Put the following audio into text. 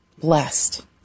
blessed